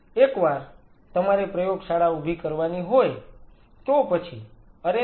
એકવાર તમારે પ્રયોગશાળા ઉભી કરવાની હોય તો પછી અરે ના